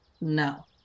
No